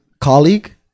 colleague